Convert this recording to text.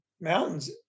mountains